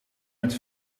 met